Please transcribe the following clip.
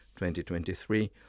2023